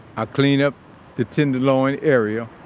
ah clean up the tenderloin area,